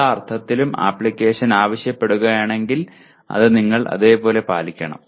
എല്ലാ അർത്ഥത്തിലും അപ്ലിക്കേഷൻ ആവശ്യപ്പെടുകയാണെങ്കിൽ അതെ നിങ്ങൾ അത് പാലിക്കണം